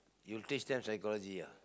you'll teach them psychology ah